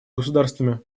государствами